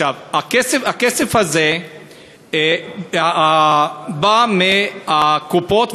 הכסף הזה בא מהקופות,